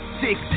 six